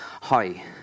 hi